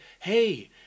hey